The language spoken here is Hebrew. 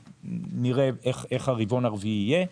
נראה איך הריבעון הרביעי יהיה.